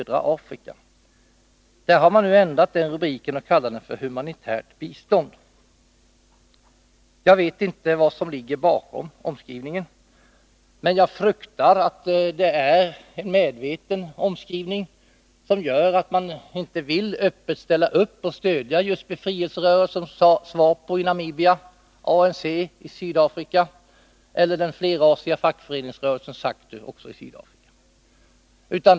Den rubriken har man nu ändrat och talar i stället om Humanitärt bistånd. Jag vet inte vad som ligger bakom denna omskrivning. Men jag fruktar att det är en medveten omskrivning, som innebär att man inte vill öppet ställa upp och stödja befrielserörelserna SWAPO i Namibia, ANC i Sydafrika eller den flerrasiga fackföreningsrörelsen SACTU, också den i Sydafrika.